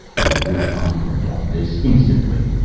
put your eyeprint on this. instantly!